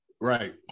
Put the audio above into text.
Right